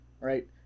right